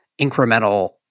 incremental